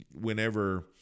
whenever